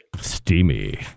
Steamy